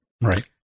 Right